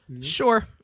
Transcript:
Sure